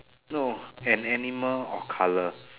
no an animal or colour